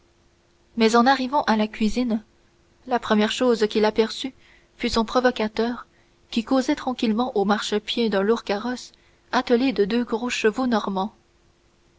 mais en arrivant à la cuisine la première chose qu'il aperçut fut son provocateur qui causait tranquillement au marchepied d'un lourd carrosse attelé de deux gros chevaux normands